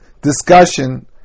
discussion